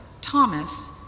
Thomas